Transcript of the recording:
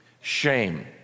Shame